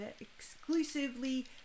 Exclusively